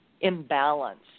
imbalance